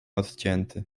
odcięty